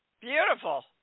Beautiful